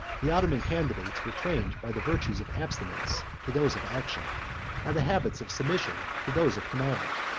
the ottoman candidates were trained by the virtues of abstinence to those of action by the habits of submission to those of command.